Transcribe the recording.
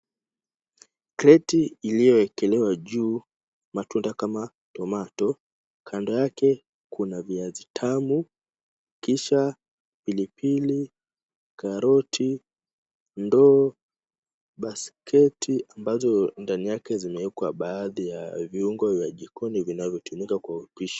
Kreti iliyowekelewa juu matunda kama tomato, kando yake kuna viazi tamu, kisha pilipili, karoti ,ndoo, basketi ambazo ndani yake zimewekwa baadhi ya viungo vya jikoni vinavyotumika kwa upishi.